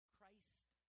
Christ